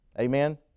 Amen